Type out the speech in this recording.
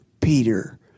Peter